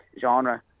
genre